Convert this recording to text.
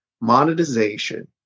monetization